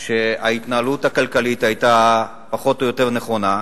שההתנהלות הכלכלית היתה פחות או יותר נכונה.